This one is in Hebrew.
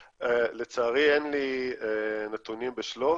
לצערי, אין לי נתונים בשלוף.